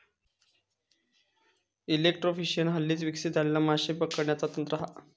electrofishing हल्लीच विकसित झालेला माशे पकडण्याचा तंत्र हा